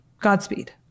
Godspeed